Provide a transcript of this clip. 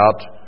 out